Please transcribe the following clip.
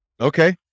okay